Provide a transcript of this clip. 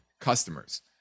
customers